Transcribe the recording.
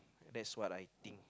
that's what I think